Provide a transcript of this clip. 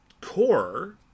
core